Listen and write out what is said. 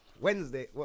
Wednesday